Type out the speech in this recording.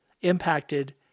impacted